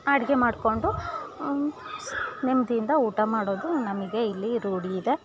ಅಡಿಗೆ ಮಾಡ್ಕೊಂಡು ನೆಮ್ದಿಯಿಂದ ಊಟ ಮಾಡೋದು ನಮಗೆ ಇಲ್ಲಿ ರೂಢಿ ಇದೆ